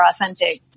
authentic